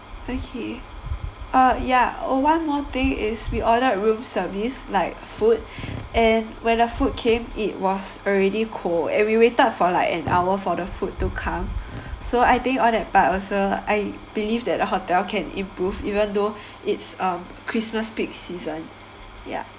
okay uh yeah oh one more thing is we ordered room service like food and when the food came it was already cold and we waited for like an hour for the food to come so I think all that part also I believe that the hotel can improve even though it's um Christmas peak season ya